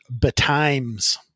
betimes